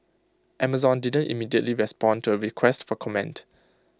Amazon didn't immediately respond to A request for comment